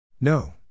No